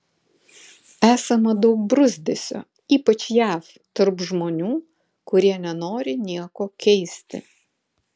esama daug bruzdesio ypač jav tarp žmonių kurie nenori nieko keisti